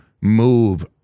move